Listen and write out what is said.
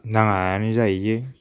नाङायानो जाहैयो